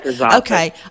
okay